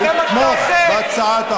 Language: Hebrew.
ואתה עושה בול את מה